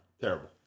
Terrible